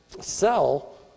sell